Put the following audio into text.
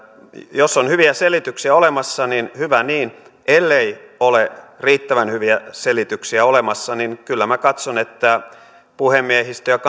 jos on hyviä selityksiä olemassa niin hyvä niin ellei ole riittävän hyviä selityksiä olemassa niin kyllä minä katson että puhemiehistön ja